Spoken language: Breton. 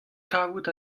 kavout